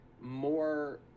more